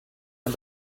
man